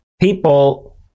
people